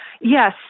Yes